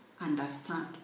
understand